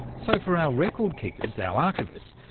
so, for our record keepers, our archivists,